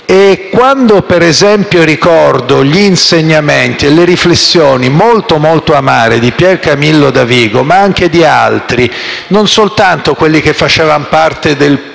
Quando ricordo gli insegnamenti e le riflessioni molto, molto amare di Piercamillo Davigo ma anche di altri, non soltanto quelli che facevano parte del *pool*